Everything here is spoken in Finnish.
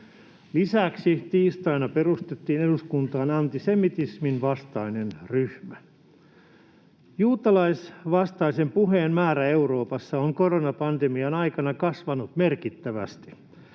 Lisäksi tiistaina perustettiin eduskuntaan antisemitismin vastainen ryhmä. Juutalaisvastaisen puheen määrä Euroopassa on koronapandemian aikana kasvanut merkittävästi.